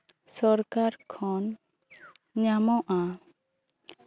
ᱥᱚᱨᱠᱟᱨ ᱠᱷᱚᱱ ᱧᱟᱢᱚᱜᱼᱟ